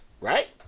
Right